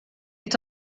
est